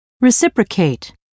reciprocate